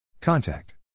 Contact